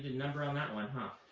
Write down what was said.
number on that one, huh?